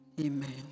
Amen